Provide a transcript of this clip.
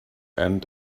end